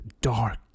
dark